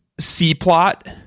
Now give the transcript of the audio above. C-plot